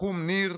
נחום ניר,